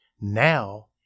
Now